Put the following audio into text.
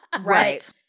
right